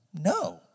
No